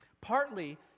Partly